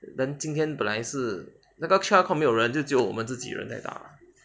then 今天本来是那个去那 court 没有人就只有我们自己人在打